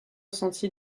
sentier